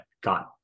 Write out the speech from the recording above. got